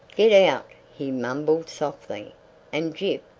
get out! he mumbled softly and gyp,